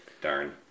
Darn